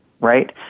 right